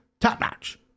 top-notch